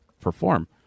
perform